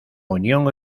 unión